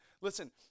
listen